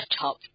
top